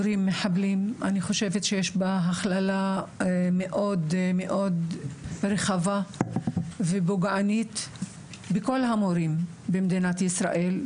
יש בה הכללה מאוד רחבה ופוגענית של כל המורים במדינת ישראל,